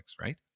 Right